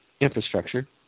infrastructure